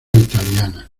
italiana